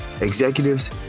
executives